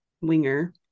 winger